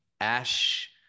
Ash